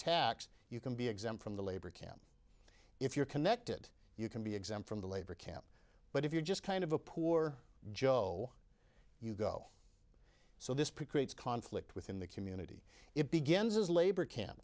tax you can be exempt from the labor camp if you're connected you can be exempt from the labor camp but if you're just kind of a poor joe you go so this pick creates conflict within the community it begins as labor camp